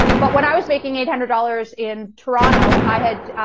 but what i was making eight hundred dollars in toronto, i had